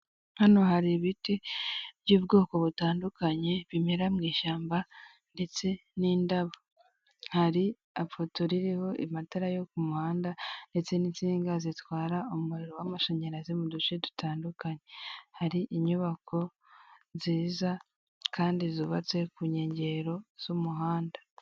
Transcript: Hano hari ibiti by'ubwoko butandukanye bimera mu ishyamba ndetse n'indabo, hari ipoto ririho amatara yo ku muhanda ndetse n'insiga zitwara umuriro w'amashanyarazi mu duce dutandukanye, hari inyubako nziza kandi zubatse ku nkengero z'umuhanda.